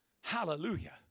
Hallelujah